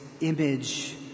image